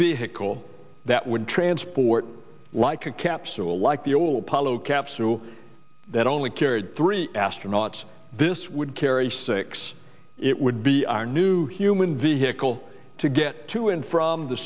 vehicle that would transport like a capsule like the old apollo capsule that only carried three astronauts this would carry six it would be our new human vehicle to get to and from the